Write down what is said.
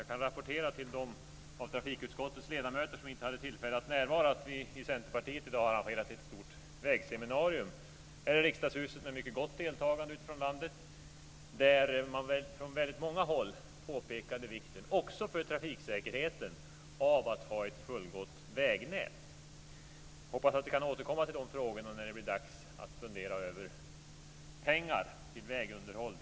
Jag kan rapportera till dem av trafikutskottets ledamöter som inte hade tillfälle att närvara att vi i Centerpartiet i dag har haft ett stort vägseminarium här i Riksdagshuset med ett mycket gott deltagande utifrån landet. Från väldigt många håll påpekade man vikten också för trafiksäkerheten av att ha ett fullgott vägnät. Jag hoppas att vi kan återkomma till dessa frågor när det blir dags att fundera över pengar till drift och vägunderhåll.